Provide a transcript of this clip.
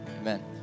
amen